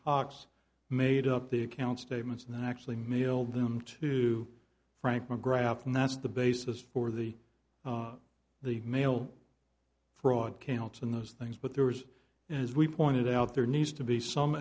cox made up the account statements and then actually mailed them to frank mcgrath and that's the basis for the the mail fraud came out and those things but there was as we pointed out there needs to be some